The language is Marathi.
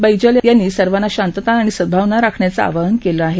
बैजल यांना सर्वांना शांतता आणि सद्भावना राखण्याचं आवाहन केलं आहे